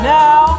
now